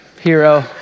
hero